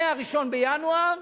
מ-1 בינואר